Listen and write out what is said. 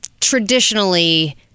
traditionally